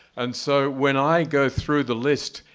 and so when i go through the list,